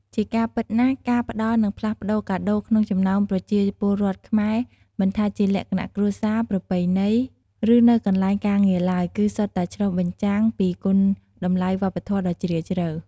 ជាការពិតណាស់ ការផ្តល់និងផ្លាស់ប្ដូរកាដូរក្នុងចំណោមប្រជាពលរដ្ឋខ្មែរ មិនថាជាលក្ខណៈគ្រួសារ ប្រពៃណី ឬនៅកន្លែងការងារឡើយ គឺសុទ្ធតែឆ្លុះបញ្ចាំងពី គុណតម្លៃវប្បធម៌ដ៏ជ្រាលជ្រៅ។